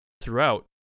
throughout